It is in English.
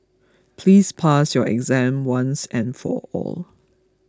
please pass your exam once and for all